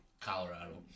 Colorado